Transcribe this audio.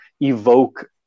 evoke